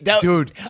Dude